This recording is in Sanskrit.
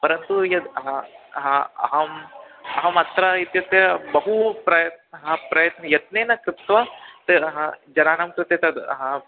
परन्तु यद् हा हा अहम् अहमत्र इत्युक्ते बहप्रयत्नं हा प्रयत्नं यत्नेन कृत्वा तेन हा जनानां कृते तद् हा